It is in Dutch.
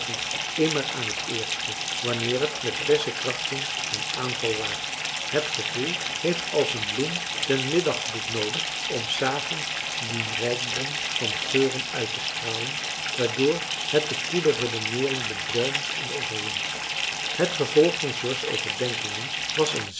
immer aan het eerste wanneer het met frissche krachten den aanval waagt het gevoel heeft als een bloem den middaggloed noodig om s avonds dien rijkdom van geuren uittestralen waardoor het de koele redeneering bedwelmt en overwint het gevolg van george's overdenkingen was een